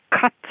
cut